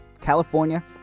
California